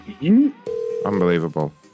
Unbelievable